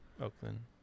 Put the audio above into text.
Oakland